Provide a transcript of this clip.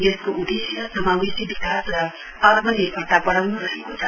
यसको उद्देश्य समावेशी विकास र आत्मनिर्भरता बढाउन् रहेको छ